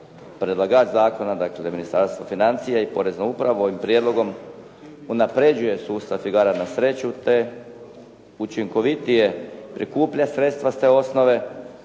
predlagač zakona dakle Ministarstvo financija i Porezna uprava ovim prijedlogom unapređuje sustav igara na sreću te učinkovitije prikuplja sredstva s te osnove,